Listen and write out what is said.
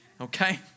okay